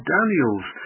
Daniels